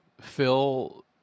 phil